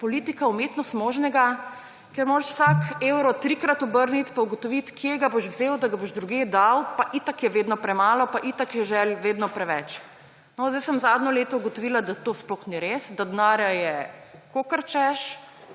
politika umetnost možnega, ker moraš vsak evro trikrat obrniti pa ugotoviti, kje ga boš vzel, da ga boš drugam dal, pa itak je vedno premalo, pa itak je želja vedno preveč. No, zdaj sem zadnje leto ugotovila, da to sploh ni res, da denarja je kolikor